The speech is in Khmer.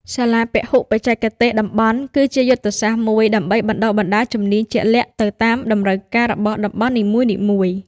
សាលាពហុបច្ចេកទេសតំបន់ គឺជាយុទ្ធសាស្ត្រមួយដើម្បីបណ្តុះបណ្តាលជំនាញជាក់លាក់ទៅតាមតម្រូវការរបស់តំបន់នីមួយៗ។